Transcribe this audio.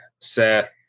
Seth